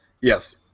Yes